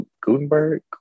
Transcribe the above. Gutenberg